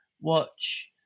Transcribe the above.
watch